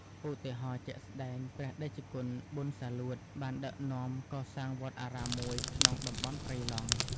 ឧទាហរណ៍ជាក់ស្ដែង ព្រះតេជគុណប៊ុន សាលួត បានដឹកនាំកសាងវត្តអារាមមួយក្នុងតំបន់ព្រៃឡង់។